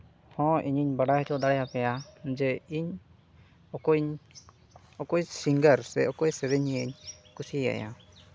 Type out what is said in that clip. ᱦᱚᱸ ᱤᱧ ᱵᱟᱰᱟᱭ ᱦᱚᱪᱚ ᱫᱟᱲᱮᱭᱟᱯᱮᱭᱟ ᱡᱮ ᱤᱧ ᱚᱠᱚᱭᱤᱧ ᱚᱠᱚᱭ ᱥᱤᱝᱜᱟᱨ ᱥᱮ ᱚᱠᱚᱭ ᱥᱮᱨᱮᱧᱤᱭᱟᱹ ᱠᱩᱥᱤᱭᱟᱭᱟ